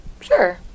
Sure